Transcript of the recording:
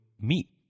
meet